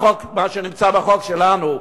מה שנמצא בחוק שלנו,